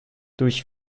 durch